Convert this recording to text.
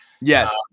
Yes